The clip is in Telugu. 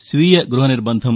స్వీయ గృహ నిర్బంధం